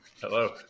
Hello